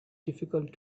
difficult